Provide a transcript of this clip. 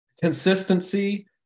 consistency